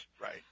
Right